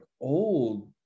old